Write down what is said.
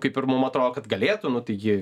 kaip ir mum atrodo kad galėtų nu taigi